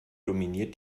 dominiert